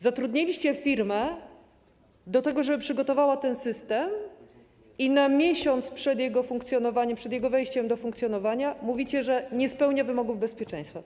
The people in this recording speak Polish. Zatrudniliście firmę do tego, żeby przygotowała ten system, i na miesiąc przed jego funkcjonowaniem, przed jego wejściem do funkcjonowania, mówicie, że nie spełnia wymogów bezpieczeństwa.